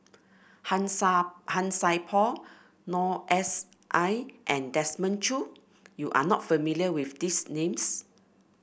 Han Han Sai Por Noor S I and Desmond Choo you are not familiar with these names